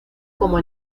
como